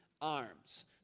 arms